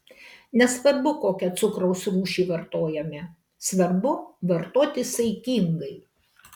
nesvarbu kokią cukraus rūšį vartojame svarbu vartoti saikingai